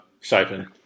siphon